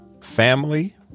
family